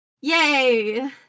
Yay